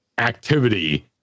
activity